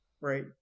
right